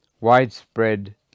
widespread